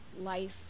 life